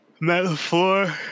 metaphor